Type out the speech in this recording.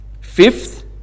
fifth